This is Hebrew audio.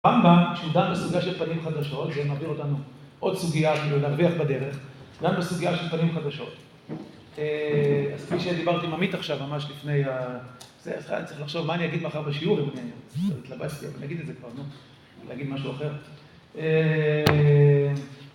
שהוא דן בסוגיה של פנים חדשות, זה מחזיר אותנו עוד סוגיה, כאילו להרוויח בדרך, דן בסוגיה של פנים חדשות. אז כפי שדיברתי עם עמית עכשיו, ממש לפני ה... צריך לחשוב מה אני אגיד מחר בשיעור, אם התלבטתי, אז נגיד את זה כבר, נו, אני אגיד משהו אחר.